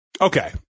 Okay